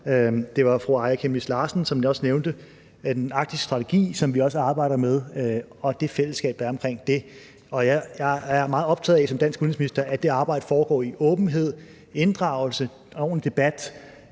det, som fru Aaja Chemnitz Larsen også nævnte, nemlig den arktiske strategi, som vi også arbejder med, og det fællesskab, der er omkring det. Jeg er meget optaget af som dansk udenrigsminister, at det arbejde foregår i åbenhed, med inddragelse og en